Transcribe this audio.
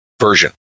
version